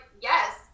Yes